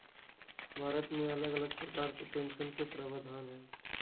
भारत मे अलग अलग प्रकार के पेंशन के प्रावधान हय